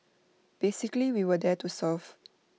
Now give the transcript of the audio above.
basically we were there to serve